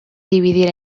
dividir